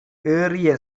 ஏறிய